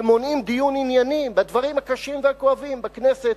ומונעים דיון ענייני בדברים הקשים והכואבים בכנסת,